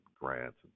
grants